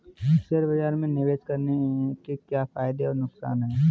Share बाज़ार में निवेश करने के क्या फायदे और नुकसान हैं?